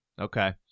Okay